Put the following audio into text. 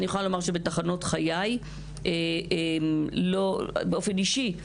אז אני יכולה לומר שבתחנות חיי, באופן אישי,